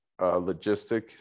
logistic